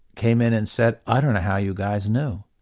came in and said i don't know how you guys know.